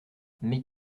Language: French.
mais